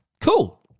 Cool